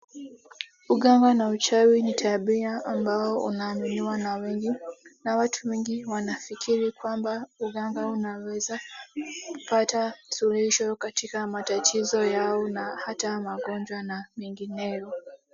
Uganga na uchawi ni tabia ambao unaaminiwa na wengi na watu wengi wanafikiri kwamba uganga unaweza kupata suluisho katika matatizo yao na ata magonjwa na mengineyo.